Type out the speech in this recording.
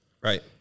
Right